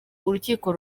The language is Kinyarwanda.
urukiko